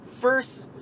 first